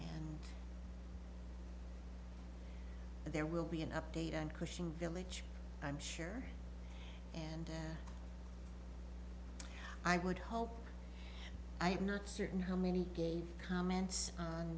and there will be an update on cushing village i'm sure and i would hope i'm not certain how many gave comments on